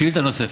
שאילתה נוספת.